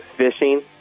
fishing